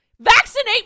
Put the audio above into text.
Vaccinate